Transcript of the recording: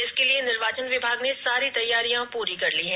इसके लिए निर्वाचन विभाग ने सारी तैयारियां पूरी कर ली है